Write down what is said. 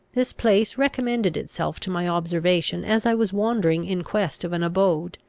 this place recommended itself to my observation as i was wandering in quest of an abode.